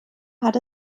hat